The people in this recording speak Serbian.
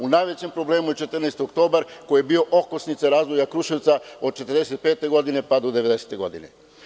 U najvećem problemu je „14. oktobar“, koji je bio okosnica razvoja Kruševca od 1945. godine, pa do 1990. godine.